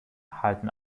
halten